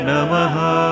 Namaha